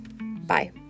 Bye